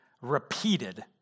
repeated